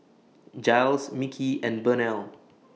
Jiles Micky and Burnell